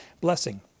blessing